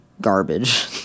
garbage